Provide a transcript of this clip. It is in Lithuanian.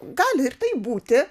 gali ir taip būti